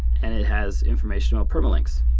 and it has informational permalinks,